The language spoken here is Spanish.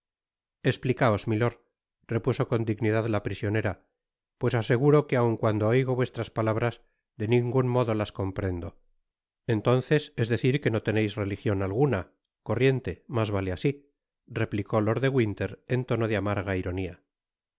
esplicaos milord repuso cou dignidad la prisionera pues os aseguro que aun cuando oigo vuestras palabras de ningun modo las comprendo entonces es decir que no teneis religion alguna corriente mas vale asi replicó lord de winter en tono de amarga ironia